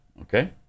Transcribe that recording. okay